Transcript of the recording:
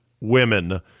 women